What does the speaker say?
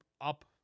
up